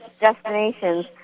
destinations